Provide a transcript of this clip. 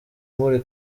muri